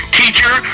teacher